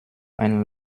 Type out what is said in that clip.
ein